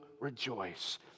rejoice